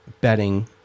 betting